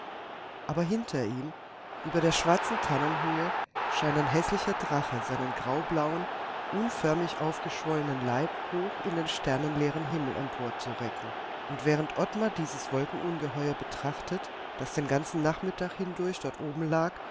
aber hinter ihm über der schwarzen tannenhöhe scheint ein häßlicher drache seinen graublauen unförmig aufgeschwollenen leib hoch in den sternenleeren himmel empor zu recken und während ottmar dieses wolkenungeheuer betrachtet das den ganzen nachmittag hindurch dort oben lag